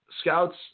scouts